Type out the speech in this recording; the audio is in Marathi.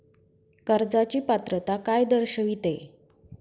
कर्जाची पात्रता काय दर्शविते?